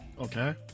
Okay